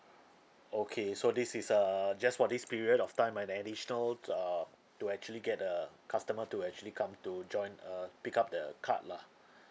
okay so this is err just for this period of time an additional err to actually get the customer to actually come to join uh pick up the card lah